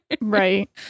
Right